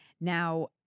Now